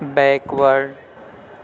backward